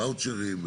בוואוצ'רים,